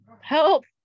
help